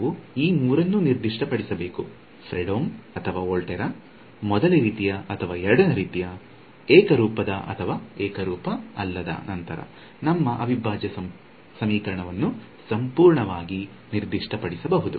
ನಾವು ಈ ಮೂರನ್ನೂ ನಿರ್ದಿಷ್ಟಪಡಿಸಬೇಕು ಫ್ರೆಡ್ಹೋಮ್ ಅಥವಾ ವೋಲ್ಟೆರಾ ಮೊದಲ ರೀತಿಯ ಅಥವಾ ಎರಡನೆಯ ರೀತಿಯ ಏಕರೂಪದ ಅಥವಾ ಏಕರೂಪ ಅಲ್ಲದ ನಂತರ ನಿಮ್ಮ ಅವಿಭಾಜ್ಯ ಸಮೀಕರಣವನ್ನು ಸಂಪೂರ್ಣವಾಗಿ ನಿರ್ದಿಷ್ಟಪಡಿಸಬಹುದು